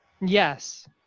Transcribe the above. Yes